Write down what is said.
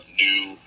new